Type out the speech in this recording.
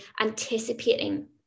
anticipating